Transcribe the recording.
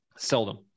seldom